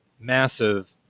massive